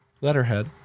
letterhead